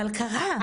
אבל קרה.